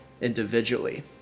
individually